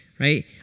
right